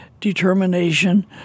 determination